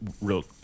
real